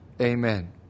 Amen